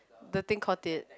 the thing caught it